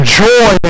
joy